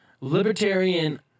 libertarian